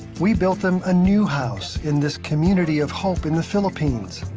we built them a new house in this community of hope in the philippines.